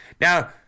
Now